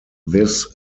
this